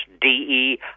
.de